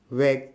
whacked